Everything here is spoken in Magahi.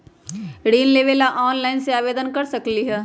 ऋण लेवे ला ऑनलाइन से आवेदन कर सकली?